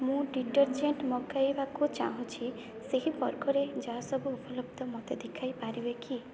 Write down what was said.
ମୁଁ ଡିଟର୍ଜେଣ୍ଟ୍ ମଗାଇବାକୁ ଚାହୁଁଛି ସେହି ବର୍ଗରେ ଯାହା ସବୁ ଉପଲବ୍ଧ ମୋତେ ଦେଖାଇ ପାରିବେ କି